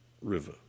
River